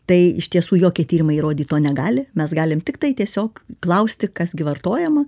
tai iš tiesų jokie tyrimai įrodyt to negali mes galim tiktai tiesiog klausti kas gi vartojama